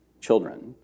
children